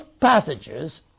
passages